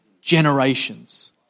generations